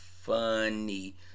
funny